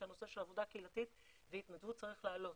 שהנושא של עבודה קהילתית והתנדבות צריך לעלות.